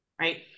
right